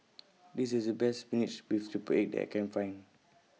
This IS The Best Spinach with Triple Egg that I Can Find